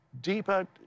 deeper